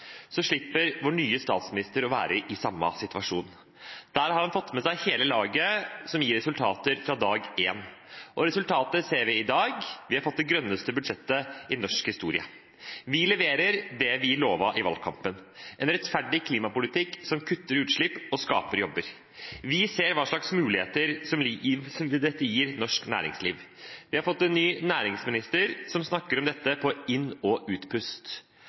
slipper vår nye statsminister å være i samme situasjon. Der har han fått med seg hele laget, som gir resultater fra dag én. Resultatet ser vi i dag: Vi har fått det grønneste budsjettet i norsk historie. Vi leverer det vi lovet i valgkampen: en rettferdig klimapolitikk som kutter utslipp og skaper jobber. Vi ser hva slags muligheter dette gir norsk næringsliv. Vi har fått en ny næringsminister som snakker om dette på inn- og utpust.